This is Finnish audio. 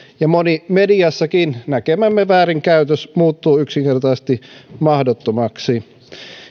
ja moni mediassakin näkemämme väärinkäytös muuttuu yksinkertaisesti mahdottomaksi